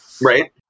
Right